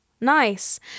nice